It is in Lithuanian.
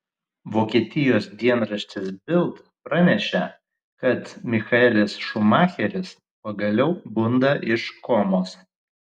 vokietijos dienraštis bild pranešė kad michaelis schumacheris pagaliau bunda iš komos